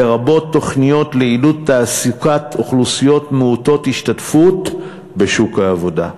לרבות תוכניות לעידוד תעסוקת אוכלוסיות מעוטות-השתתפות בשוק העבודה.